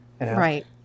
Right